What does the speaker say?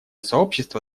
сообщество